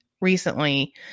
recently